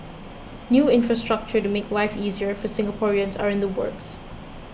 new infrastructure to make life easier for Singaporeans are in the works